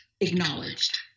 acknowledged